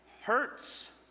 hurts